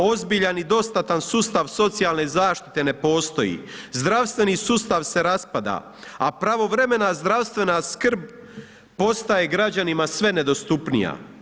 Ozbiljan i dostatan sustav socijalne zaštite ne postoji, zdravstveni sustav se raspada a pravovremena zdravstvena skrb postaje građanima sve nedostupnija.